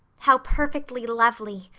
how perfectly lovely!